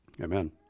Amen